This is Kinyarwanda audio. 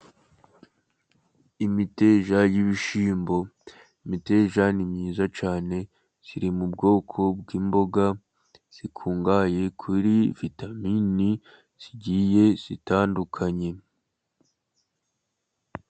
Imiteja y'ibishyimbo, imiterere ni myiza cyane, iri mu bwoko bw'imboga zikungahaye kuri vitamini zigiye zitandukanye.